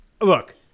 look